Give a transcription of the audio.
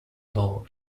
law